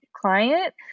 client